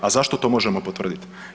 A zašto to možemo potvrditi?